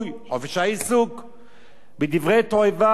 בדברי תועבה על-ידי קטינים ובוגרים כאחד,